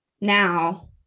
now